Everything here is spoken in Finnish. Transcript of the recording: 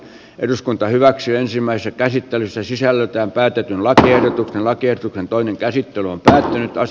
eduskunta hyväksyy ensimmäistä käsittelyssä sisällöltään päätettiin laatia lakiehdotuksen toinen käsittelypäivä on taas